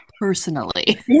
personally